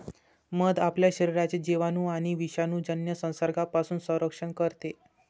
मध आपल्या शरीराचे जिवाणू आणि विषाणूजन्य संसर्गापासून संरक्षण करते